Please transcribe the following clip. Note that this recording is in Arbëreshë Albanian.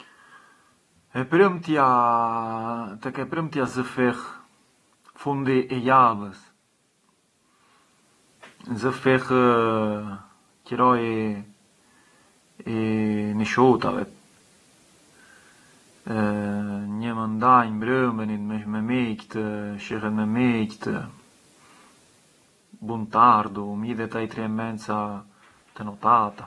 Qëro prapa të kisha thënë, pë esperiencë, të spëndoja ghrane pë le esperienze, nani cinquanta e cinquanta përçë comunqui materiali çë ti e ghuzar na ditë të miljorar midhema la qualità të gjellës çë bun na ditë, cioè na ti ble per esempiu çë di, bujëm finta se të përqen la musica e ble një parë kassi të mira, çë gjegjet mirë mirë la musica, ti tek ai minut je ble midhema un’esperienza, përçë pran na ditë kur gjegje a musica ke un’esperienza më e mirë.